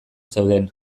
zeuden